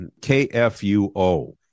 kfuo